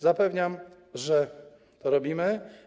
Zapewniam, że to robimy.